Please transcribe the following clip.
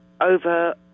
over